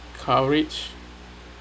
coverage